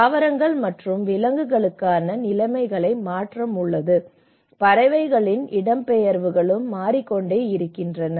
தாவரங்கள் மற்றும் விலங்குகளுக்கான நிலைமைகளில் மாற்றம் உள்ளது பறவைகளின் இடம்பெயர்வுகளும் மாறிக்கொண்டே இருக்கின்றன